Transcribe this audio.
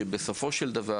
שבסופו של דבר,